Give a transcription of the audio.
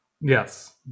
Yes